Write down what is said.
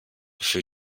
für